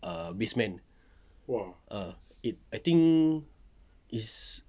ah bass man ah it I think is